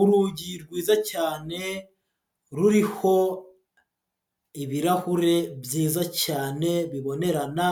Urugi rwiza cyane ruriho ibirahure byiza cyane bibonerana